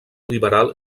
liberal